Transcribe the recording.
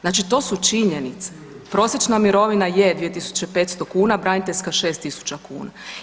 Znači to su činjenice, prosječna mirovina je 2500 kn, braniteljska 6000 kuna.